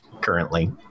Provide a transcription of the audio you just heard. currently